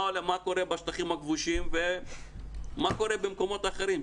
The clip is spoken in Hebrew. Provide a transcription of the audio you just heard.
מה קורה בשטחים הכבושים ומה קורה במקומות אחרים.